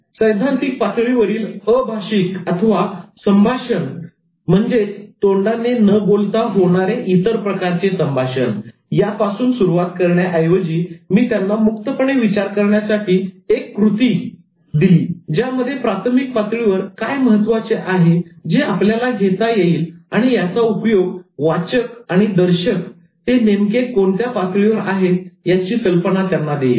सैद्धांतिक पातळीवरील 'अभाशिकसंभाषण' संप्रेषण तोंडाने न बोलता होणारे इतर प्रकारचे संभाषण ची सुरुवात करण्याऐवजी मी त्यांना मुक्तपणे विचार करण्यासाठी एक कृती दिली ज्यामध्ये प्राथमिक पातळीवर काय महत्त्वाचे आहे जे आपल्याला घेता येईल आणि याचा उपयोग वाचक आणि दर्शक ते नेमके कोणत्या पातळीवर आहेत याची कल्पना त्यांना येईल